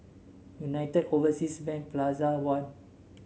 United Overseas Bank Plaza One